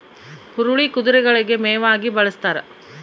ಹುರುಳಿ ಕುದುರೆಗಳಿಗೆ ಮೇವಾಗಿ ಬಳಸ್ತಾರ